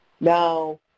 Now